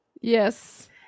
Yes